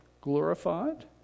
glorified